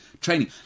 training